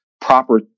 proper